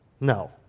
No